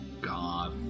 God